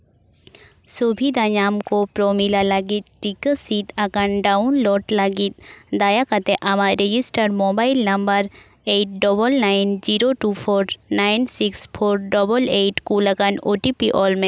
ᱥᱩᱵᱤᱫᱷᱟ ᱧᱟᱢ ᱠᱚ ᱯᱨᱚᱢᱤᱞᱟ ᱞᱟᱹᱜᱤᱫ ᱴᱤᱠᱟᱹ ᱥᱤᱫᱽ ᱟᱠᱟᱱ ᱰᱟᱣᱩᱱᱞᱳᱰ ᱞᱟᱹᱜᱤᱫ ᱫᱟᱭᱟ ᱠᱟᱛᱮᱫ ᱟᱢᱟᱜ register mobile number eight double nine zero two four nine six four double eight ᱠᱩᱞ ᱟᱠᱟᱱ ᱳ ᱴᱤ ᱯᱤ ᱚᱞ ᱢᱮ